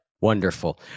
Wonderful